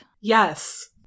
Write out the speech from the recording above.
Yes